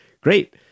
Great